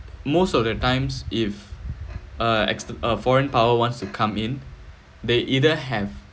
most of the times if uh ex~ a foreign power wants to come in they either have